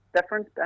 different